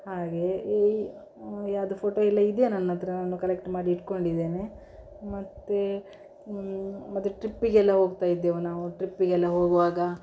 ಹಾಗೆ ಈ ಯಾವುದು ಫೋಟೊ ಎಲ್ಲ ಇದೆ ನನ್ನತ್ತಿರ ನು ಕಲೆಕ್ಟ್ ಮಾಡಿ ಇಟ್ಕೊಂಡಿದ್ದೇನೆ ಮತ್ತು ಮತ್ತು ಟ್ರಿಪ್ಪಿಗೆಲ್ಲ ಹೋಗುತ್ತಾ ಇದ್ದೇವೆ ನಾವು ಟ್ರಿಪ್ಪಿಗೆಲ್ಲ ಹೋಗುವಾಗ